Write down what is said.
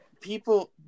People